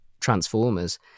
Transformers